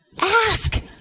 ask